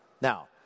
Now